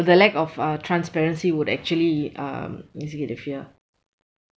the lack of uh transparency would actually um instigate the fear